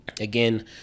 Again